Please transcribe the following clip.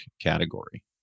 category